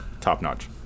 Top-notch